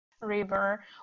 River